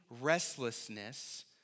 restlessness